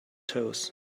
toes